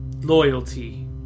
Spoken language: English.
loyalty